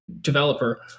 developer